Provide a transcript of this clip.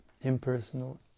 impersonal